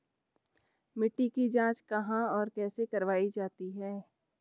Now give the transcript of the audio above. मिट्टी की जाँच कहाँ और कैसे करवायी जाती है?